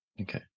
Okay